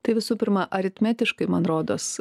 tai visų pirma aritmetiškai man rodos